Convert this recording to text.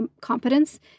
competence